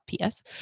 ps